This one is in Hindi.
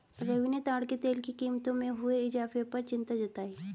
रवि ने ताड़ के तेल की कीमतों में हुए इजाफे पर चिंता जताई